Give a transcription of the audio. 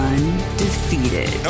Undefeated